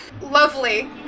lovely